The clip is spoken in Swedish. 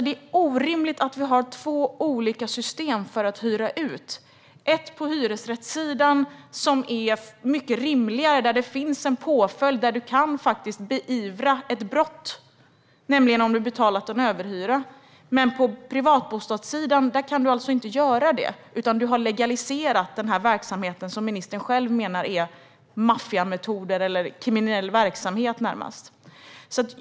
Det är orimligt att det finns två olika system för att hyra ut - ett rimligt system på hyresrättssidan där det finns en påföljd och där brott kan beivras, vid överhyra, men ett system på privatbostadssidan där det inte kan ske. Där har verksamheten legaliserats, som ministern själv menar är maffiametoder eller kriminell verksamhet.